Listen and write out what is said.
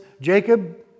Jacob